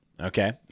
Okay